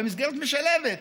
למסגרת משלבת.